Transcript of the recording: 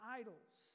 idols